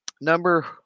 number